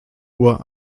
uhr